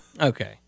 Okay